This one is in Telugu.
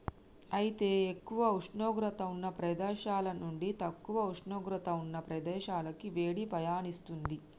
అయితే ఎక్కువ ఉష్ణోగ్రత ఉన్న ప్రదేశాల నుండి తక్కువ ఉష్ణోగ్రత ఉన్న ప్రదేశాలకి వేడి పయనిస్తుంది